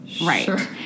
Right